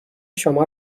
شما